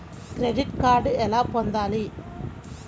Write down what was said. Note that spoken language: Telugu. క్రెడిట్ కార్డు ఎలా పొందాలి?